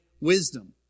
wisdom